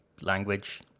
language